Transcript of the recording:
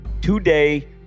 today